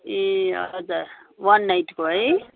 ए हजुर वान नाइटको है